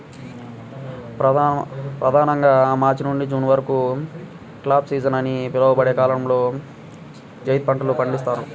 ప్రధానంగా మార్చి నుండి జూన్ వరకు క్రాప్ సీజన్ అని పిలువబడే కాలంలో జైద్ పంటలు పండిస్తారు